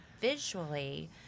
visually